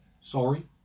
Sorry